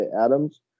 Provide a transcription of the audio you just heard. Adams